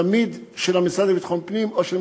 תמיד של משרד האוצר?